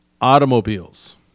automobiles